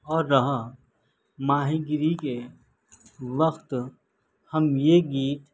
اور رہا ماہی گیری کے وقت ہم یہ گیت